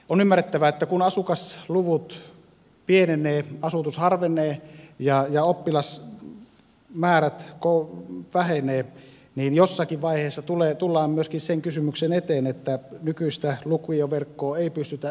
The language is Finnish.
on ymmärrettävää että kun asukasluvut pienenevät asutus harvenee ja oppilasmäärät vähenevät niin jossakin vaiheessa tullaan myöskin sen kysymyksen eteen että nykyistä lukioverkkoa ei pystytä ylläpitämään